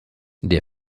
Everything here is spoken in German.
der